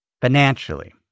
financially